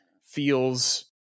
feels